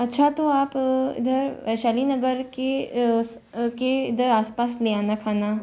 अच्छा तो आप इधर वैशाली नगर के के इधर आस पास ले आना खाना